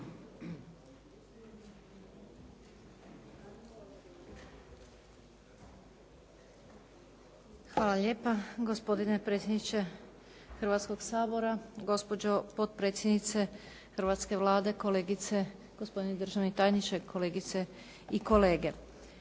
Hvala lijepa gospodine predsjedniče Hrvatskog sabora, gospođo potpredsjednice hrvatske Vlade, gospodine državni tajniče, kolegice i kolege.